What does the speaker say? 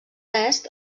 est